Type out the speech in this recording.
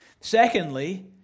Secondly